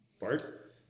Bart